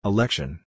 Election